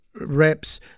reps